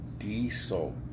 diesel